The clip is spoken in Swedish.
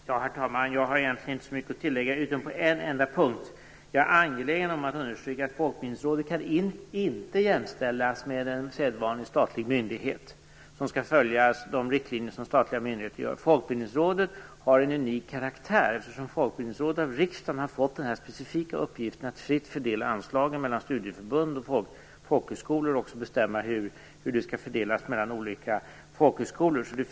Herr talman! Jag har egentligen inte så mycket att tillägga förutom beträffande en enda punkt. Jag är angelägen om att understryka att Folkbildningsrådet inte kan jämställas med en sedvanlig statlig myndighet, som skall följa de riktlinjer som statliga myndigheter har. Folkbildningsrådet har en unik karaktär, eftersom Folkbildningsrådet av riksdagen har fått den specifika uppgiften att fritt fördela anslagen mellan studieförbund och folkhögskolor och också bestämma hur de skall fördelas mellan olika folkhögskolor.